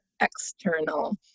external